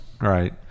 right